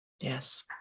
Yes